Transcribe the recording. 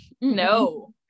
No